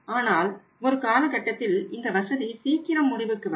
ஆனால் ஒரு காலகட்டத்தில் இந்த வசதி சீக்கிரம் முடிவுக்கு வரும்